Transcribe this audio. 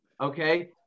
okay